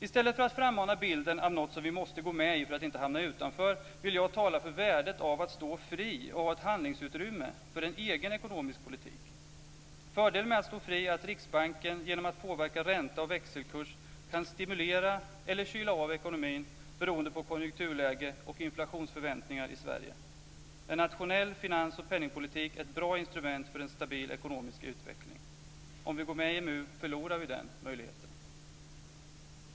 I stället för att frammana bilden av något som vi måste gå med i för att inte hamna utanför, vill jag tala för värdet av att stå fri och ha ett handlingsutrymme för en egen ekonomisk politik. Fördelen med att stå fri är att Riksbanken genom att påverka ränta och växelkurs kan stimulera eller kyla av ekonomin beroende på konjunkturläge och inflationsförväntningar i Sverige. En nationell finans och penningpolitik är ett bra instrument för en stabil ekonomisk utveckling. Om vi går med i EMU förlorar vi den möjligheten.